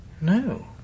No